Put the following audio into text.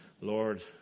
Lord